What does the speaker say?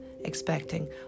expecting